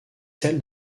celles